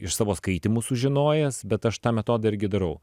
iš savo skaitymų sužinojęs bet aš tą metodą irgi darau